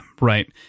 right